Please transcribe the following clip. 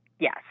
yes